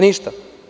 Ništa.